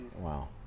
Wow